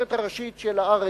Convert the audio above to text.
הכותרת הראשית של "הארץ",